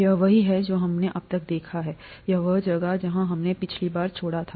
यह वही है जो हमने अब तक देखा है यह वह जगह है जहां हमने पिछली बार छोड़ा था